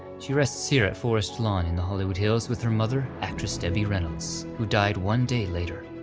she rests here at forest lawn and hollywood hills with her mother, actress debbie reynolds, who died one day later.